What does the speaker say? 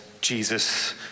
Jesus